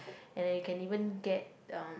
and and you can even get uh